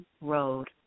road